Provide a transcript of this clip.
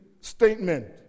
statement